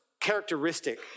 characteristic